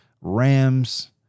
Rams